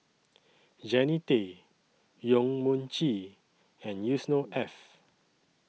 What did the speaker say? Jannie Tay Yong Mun Chee and Yusnor Ef